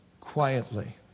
quietly